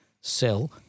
sell